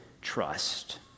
trust